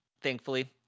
thankfully